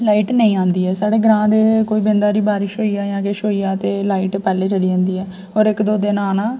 light नेईं आंदी ऐ साढ़े ग्रांंऽ ते कोई बिंद हारी बारिश होइया किश होइया ते लाइट पैह्लें चली जन्दी ऐ होर इक दो दिन आना